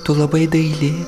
tu labai daili